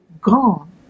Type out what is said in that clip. gone